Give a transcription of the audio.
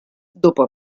dopo